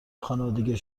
خانوادگی